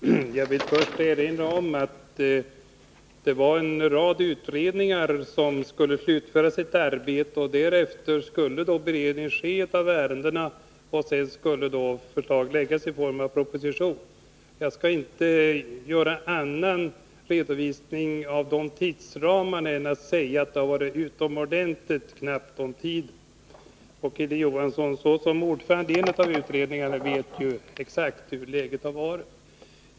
Fru talman! Jag vill först erinra om att det var en rad utredningar som skulle slutföra sitt arbete, därefter skulle beredningen ske av ärendet, och sedan skulle förslag läggas fram i form av en proposition. Jag skall inte redovisa tidsramarna på annat sätt än genom att säga att det har varit utomordentligt knappt om tid. Hilding Johansson vet, såsom ordförande i en av utredningarna, exakt hur läget har varit.